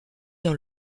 dans